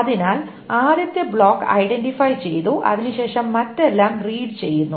അതിനാൽ ആദ്യത്തെ block identify ചെയ്തു അതിനുശേഷം മറ്റെല്ലാം റീഡ് ചെയ്യുന്നു